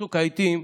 בצוק העיתים,